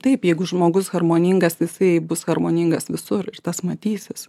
taip jeigu žmogus harmoningas jisai bus harmoningas visur šitas matysis